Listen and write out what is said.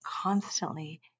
constantly